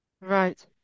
Right